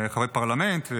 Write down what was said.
חברי פרלמנט.